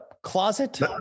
closet